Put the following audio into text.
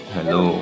Hello